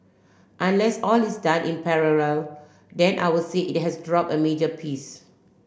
unless all is done in parallel then I'll say it has dropped a major piece